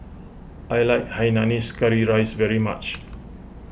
I like Hainanese Curry Rice very much